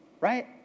right